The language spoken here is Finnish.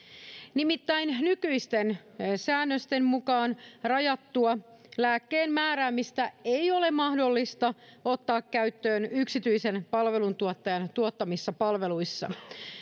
nimittäin nykyisten säännösten mukaan rajattua lääkkeenmääräämistä ei ole mahdollista ottaa käyttöön yksityisen palveluntuottajan tuottamissa palveluissa